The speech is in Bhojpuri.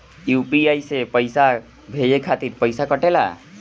यू.पी.आई से पइसा भेजने के खातिर पईसा कटेला?